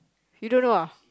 you don't know ah